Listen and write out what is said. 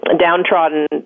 downtrodden